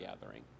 gathering